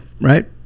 Right